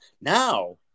Now